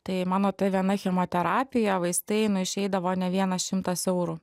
tai mano ta viena chemoterapija vaistai išeidavo ne vienas šimtas eurų